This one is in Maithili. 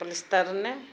पोलिस्टर नहि